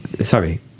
sorry